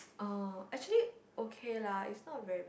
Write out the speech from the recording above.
oh actually okay lah it's not very